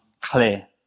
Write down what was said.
clear